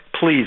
Please